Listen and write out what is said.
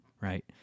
right